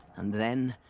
and then.